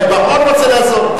בר-און רוצה לעזור.